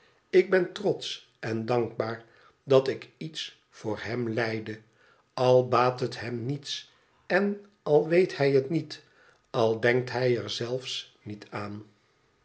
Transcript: ik ben trotsch en dankbaar dat ik iets voor hem lijde al baat het hem niets en al weet hij het niet al denkt hij er zelfi niet aan